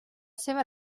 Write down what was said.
seva